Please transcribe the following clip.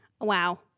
Wow